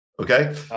Okay